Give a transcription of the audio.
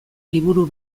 liburu